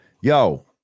Yo